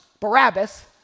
Barabbas